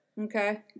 Okay